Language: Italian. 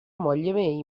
moglie